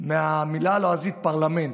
מהמילה הלועזית פרלמנט.